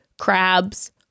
crabs